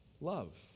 love